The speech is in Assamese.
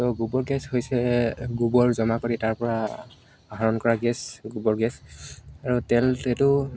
ত' গোবৰ গেছ হৈছে গোবৰ জমা কৰি তাৰ পৰা আহৰণ কৰা গেছ গোবৰ গেছ আৰু তেল তেলটো